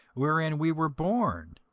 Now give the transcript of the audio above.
wherein we were born?